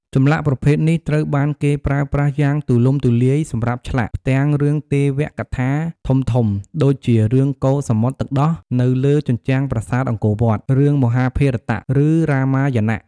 ចម្លាក់ប្រភេទនេះត្រូវបានគេប្រើប្រាស់យ៉ាងទូលំទូលាយសម្រាប់ឆ្លាក់ ផ្ទាំងរឿងទេវកថាធំៗ ដូចជារឿងកូរសមុទ្រទឹកដោះនៅលើជញ្ជាំងប្រាសាទអង្គរវត្ត រឿងមហាភារតៈ ឬរាមាយណៈ។